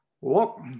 Walk